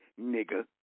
nigga